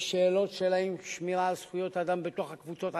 יש שאלות של שמירה על זכויות אדם בתוך הקבוצות עצמן.